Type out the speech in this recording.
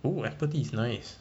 oh apple tea is nice